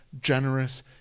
generous